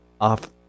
off